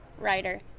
writer